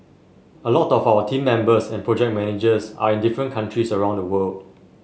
a lot of our team members and project managers are in different countries around the world